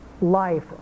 life